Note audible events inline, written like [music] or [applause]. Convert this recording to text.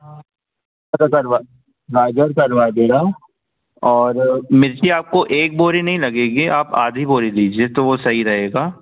हाँ [unintelligible] करवा गाजर करवा दूँगा और मिर्ची आपको एक बोरी नहीं लगेगी आप आधी बोरी लीजिए तो वह सही रहेगा